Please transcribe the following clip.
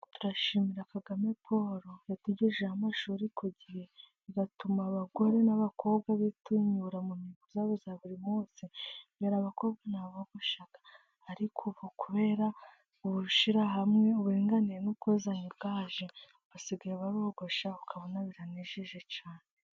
Turashimira Kagame Polo watugejejeho amashuri ku gihe, bigatuma abagore n'abakobwa bitinyura mu ntego zabo za buri minsi. Mbere abakobwa ntabwo bogoshaga ariko kuva kubera gubushyira hamwe uburinganire n'ubwuzuzanye bwaje, basigaye barogosha ukabona biranejeje cyane.